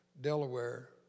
Delaware